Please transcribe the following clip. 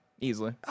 Easily